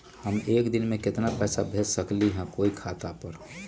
हम एक दिन में केतना पैसा भेज सकली ह कोई के खाता पर?